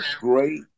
great